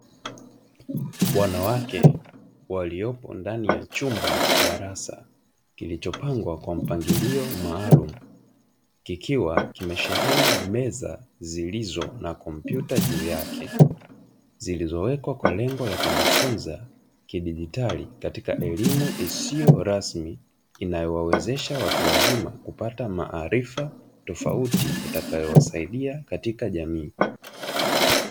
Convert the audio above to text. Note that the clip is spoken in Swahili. Wanawake waliopo ndani ya chumba cha darasa kilichopangwa kwa mpangilio maalumu kikiwa kimesheheni meza zilizo na kompyuta juu yake, zilizowekwa kwa lengo la kujifunza kidijitali katika elimu isiyo rasmi inayowawezesha watu wazima kupata maarifa tofauti yatakayowasaidia katika jamii.